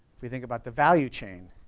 if you think about the value chain,